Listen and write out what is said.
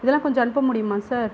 இதெல்லாம் கொஞ்சம் அனுப்ப முடியுமா சார்